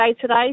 today